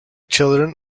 children